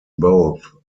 both